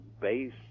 base